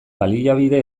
baliabide